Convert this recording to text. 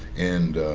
and